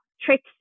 tricks